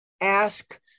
ask